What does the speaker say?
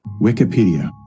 Wikipedia